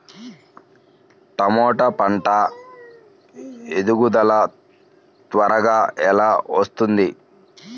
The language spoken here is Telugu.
టమాట పంట ఎదుగుదల త్వరగా ఎలా వస్తుంది?